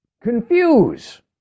confuse